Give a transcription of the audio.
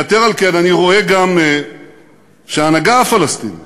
יתר על כן, אני רואה גם שההנהגה הפלסטינית